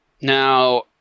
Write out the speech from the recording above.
Now